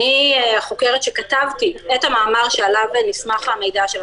הנתונים האלה נסמכים כולם על